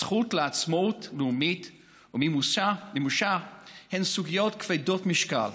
הזכות לעצמאות לאומית ומימושה היא סוגיה כבדת משקל,